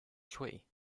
shui